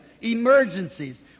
Emergencies